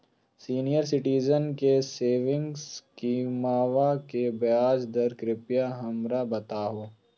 senior citizen के saving स्कीमवा के ब्याज दर कृपया हमरा बताहो